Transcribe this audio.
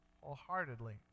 wholeheartedly